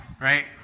right